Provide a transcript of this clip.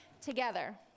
together